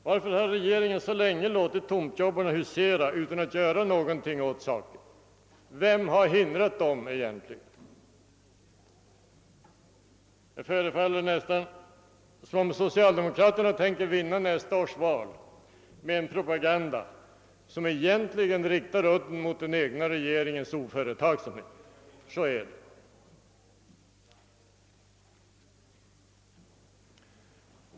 Varför har regeringen så länge låtit tomtjobbarna husera utan att göra något åt saken? Vem har egentligen hindrat dem? Man får nästan intrycket att socialdemokraterna tänker vinna nästa års val med en propaganda som egentligen riktas mot den egna regeringens oföretagsamhet.